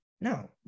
no